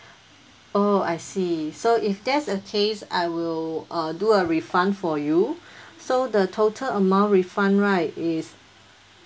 oh I see it so if that's the case I will uh do a refund for you so the total amount refund right is